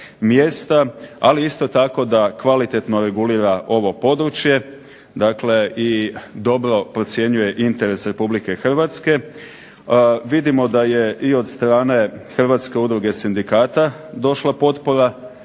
ali isto tako da kvalitetno regulira ovo područje, dakle dobro procjenjuje interes Republike Hrvatske. Vidimo da je i od strane Hrvatske udruge sindikata došla potpora,